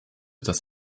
das